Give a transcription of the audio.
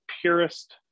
purest